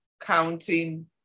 counting